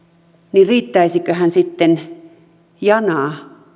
niin riittäisiköhän sitten jana